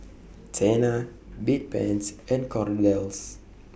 Tena Bedpans and Kordel's